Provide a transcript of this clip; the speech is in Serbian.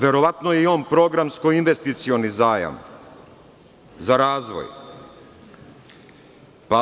Verovatno je i on programsko-investicioni zajam za razvoj.